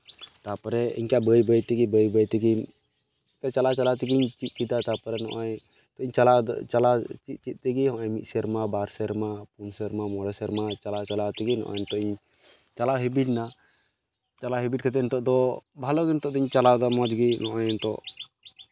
ᱛᱟᱨᱯᱚᱨᱮ ᱤᱱᱠᱟ ᱵᱟᱹᱭ ᱵᱟᱹᱭ ᱛᱮᱜᱮ ᱵᱟᱹᱭ ᱵᱟᱹᱭ ᱛᱮᱜᱮ ᱪᱟᱞᱟᱣ ᱪᱟᱞᱟᱣ ᱛᱮᱜᱮᱧ ᱪᱮᱫ ᱠᱮᱫᱟ ᱛᱟᱨᱯᱚᱨᱮ ᱱᱚᱜᱼᱚᱸᱭ ᱤᱧ ᱪᱟᱞᱟᱣ ᱫᱟᱹᱧ ᱪᱟᱞᱟᱣ ᱪᱮᱫ ᱪᱮᱫ ᱛᱮᱜᱮ ᱱᱚᱜᱼᱚᱸᱭ ᱢᱤᱫ ᱥᱮᱨᱢᱟ ᱵᱟᱨ ᱥᱮᱨᱢᱟ ᱯᱩᱱ ᱥᱮᱨᱢᱟ ᱢᱚᱬᱮ ᱥᱮᱨᱢᱟ ᱪᱟᱞᱟᱣ ᱪᱟᱞᱟᱣ ᱛᱮᱜᱮ ᱱᱚᱜᱼᱚᱸᱭ ᱱᱤᱛᱚᱜ ᱤᱧ ᱪᱟᱞᱟᱣ ᱦᱮᱵᱤᱴ ᱱᱟ ᱪᱟᱞᱟᱣ ᱦᱮᱵᱤᱴ ᱠᱟᱛᱮ ᱱᱤᱛᱚᱜ ᱫᱚ ᱵᱷᱟᱞᱚ ᱜᱮ ᱱᱤᱛᱚᱜ ᱫᱚᱧ ᱪᱟᱞᱟᱣᱫᱟ ᱢᱚᱡᱽ ᱜᱮ ᱱᱚᱜᱼᱚᱸᱭ ᱱᱤᱛᱚᱜ